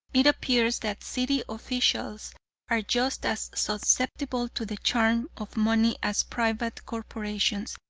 it appears that city officials are just as susceptible to the charm of money as private corporations,